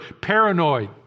paranoid